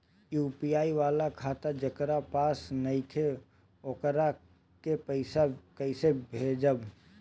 UPI वाला खाता जेकरा पास नईखे वोकरा के पईसा कैसे भेजब?